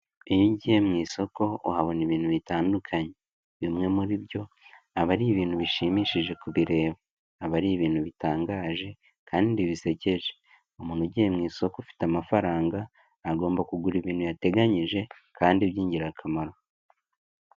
Iyo ugiye mu isoko, uhabona ibintu bitandukanye, bimwe muri byo, aba ari ibintu bishimishije kubireba, aba ari ibintu bitangaje kandi bisekeje, umuntu ugiye mu isoko ufite amafaranga agomba kugura ibintu yateganyije kandi by'ingirakamaro.